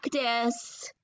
practice